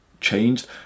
changed